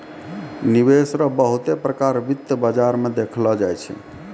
निवेश रो बहुते प्रकार वित्त बाजार मे देखलो जाय छै